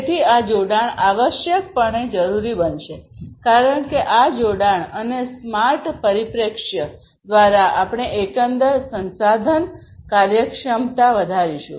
તેથી આ જોડાણ આવશ્યકપણે જરૂરી બનશે કારણ કે આ જોડાણ અને સ્માર્ટ પરિપ્રેક્ષ્ય દ્વારાઆપણે એકંદર સંસાધન કાર્યક્ષમતા વધારીશું